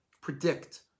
predict